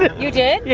you did? yeah